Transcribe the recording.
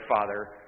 father